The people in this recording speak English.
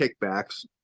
kickbacks